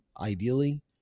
ideally